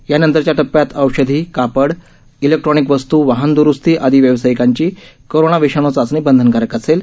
यानंतरच्या टप्प्यात औषधी कापड इलेक्ट्रॉनिक वस्तू वाहन द्रुस्ती आदी व्यावसायिकांची कोरोना विषाणू चाचणी बंधनकारक असेल